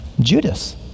Judas